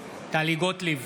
גוטליב,